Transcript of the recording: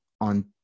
on